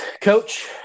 Coach